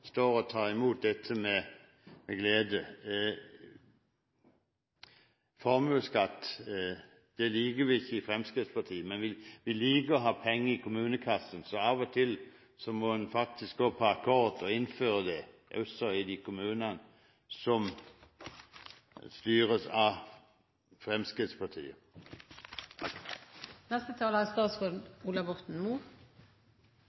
står og tar imot dette med glede – i hvert fall ikke over heile landet. Formueskatt liker vi ikke i Fremskrittspartiet, men vi liker å ha penger i kommunekassen, så av og til må en faktisk gå på akkord og innføre det også i de kommunene som styres av Fremskrittspartiet.